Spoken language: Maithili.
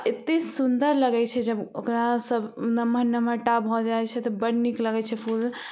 एत्ते सुन्दर लगै छै जब ओकरा सब नमहर नमहर टा भऽ जाइ छै तऽ बड नीक लगै छै फूल